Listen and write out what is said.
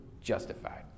justified